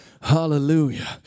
hallelujah